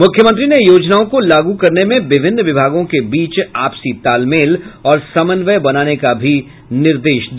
मुख्यमंत्री ने योजनाओं को लागू करने में विभिन्न विभागों के बीच आपसी तालमेल और समन्वय बनाने का भी निर्देश दिया